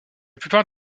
plupart